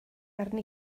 arni